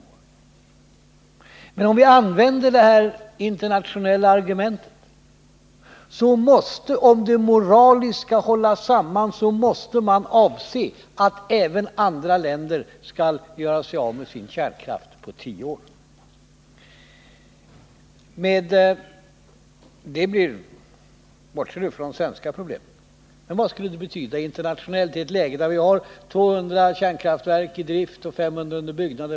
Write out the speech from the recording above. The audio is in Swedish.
Om det internationella argumentet moraliskt skall hålla samman, måste man avse att även andra länder skall göra sig av med sin kärnkraft på 10 år. Om vi bortser från svenska problem, vad skulle det betyda internationellt i ett läge när 200 kärnkraftverk är i drift och 500 är under byggnad?